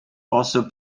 also